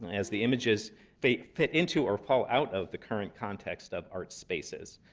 as the images fit fit into or fall out of the current context of art spaces.